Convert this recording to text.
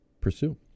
pursue